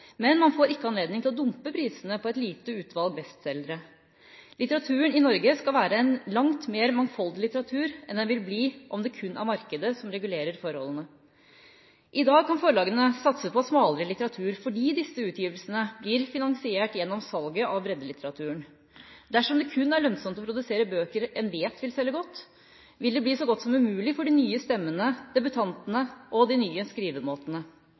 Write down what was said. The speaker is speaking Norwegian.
men man får ikke anledning til å dumpe prisene på et lite utvalg bestselgere. Litteraturen i Norge skal være en langt mer mangfoldig litteratur enn den vil bli om det kun er markedet som regulerer forholdene. I dag kan forlagene satse på smalere litteratur fordi disse utgivelsene blir finansiert gjennom salget av breddelitteraturen. Dersom det kun er lønnsomt å produsere bøker en vet vil selge godt, vil det bli så godt som umulig for de nye stemmene, debutantene og de nye skrivemåtene.